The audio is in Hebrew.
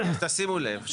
אז תשימו לב,